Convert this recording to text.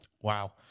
Wow